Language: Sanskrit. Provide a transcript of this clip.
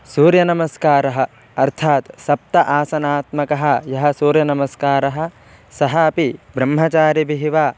सूर्यनमस्कारः अर्थात् सप्त आसनात्मकः यः सूर्यनमस्कारः सः अपि ब्रह्मचार्यभिः वा